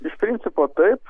iš principo taip